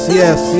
yes